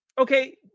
Okay